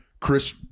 Chris